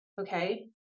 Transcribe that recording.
okay